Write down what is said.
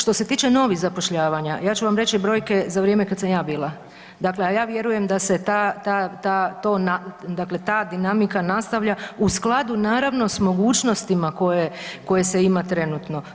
Što se tiče novih zapošljavanja ja ću vam reći brojke za vrijeme kad sam ja bila, dakle, a ja vjerujem da se ta, ta, ta, to, dakle ta dinamika nastavlja u skladu naravno s mogućnostima koje, koje se ima trenutno.